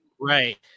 right